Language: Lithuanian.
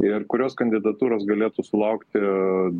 ir kurios kandidatūros galėtų sulaukti